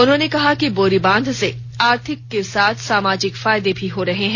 उन्होंने कहा कि बोरीबांध से आर्थिक के साथ सामाजिक फायदे हो रहे हैं